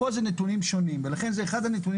פה זה נתונים שונים ולכן זה אחד הנתונים